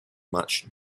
much